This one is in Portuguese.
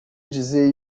dizer